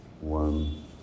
One